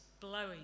blowing